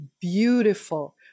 beautiful